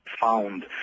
found